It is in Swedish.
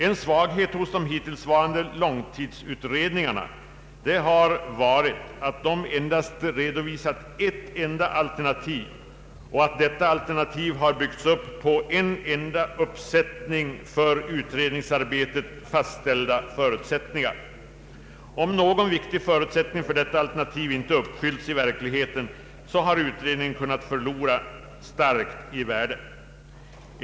En svaghet hos de hittillsvarande långtidsutredningarna har varit att de redovisat endast ett alternativ och att detta alternativ byggt på en enda uppsättning av för utredningsarbetet fastställda förutsättningar. Om någon viktig förutsättning för detta alternativ inte uppfyllts i verkligheten har utredningen kunnat förlora starkt i värde.